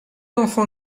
enfant